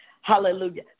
Hallelujah